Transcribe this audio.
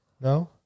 No